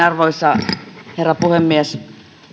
arvoisa herra puhemies